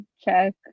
Check